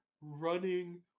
running